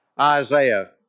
Isaiah